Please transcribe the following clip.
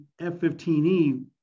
F-15E